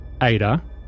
Ada